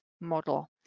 model